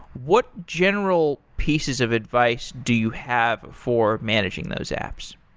what general pieces of advice do you have for managing those apps?